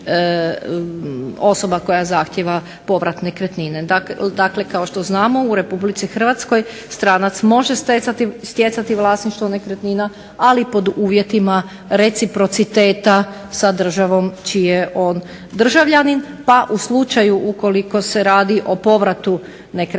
osoba koja zahtijeva povrat nekretnine. Dakle, kao što znamo u RH stranac može stjecati vlasništvo nekretnina, ali pod uvjetima reciprociteta sa državom čiji je on državljanin pa u slučaju ukoliko se radi o povratu nekretnina,